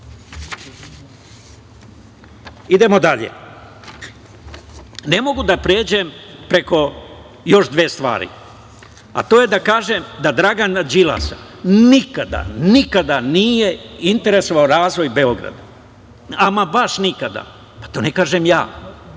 svetski. Ne mogu da pređem preko još dve stvari, a to je da kažem da Dragana Đilasa nikada, nikada nije interesovao razvoj Beograda, ama baš nikada. To ne kažem ja.